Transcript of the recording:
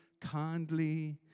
kindly